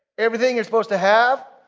everything you're supposed to have,